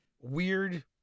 weird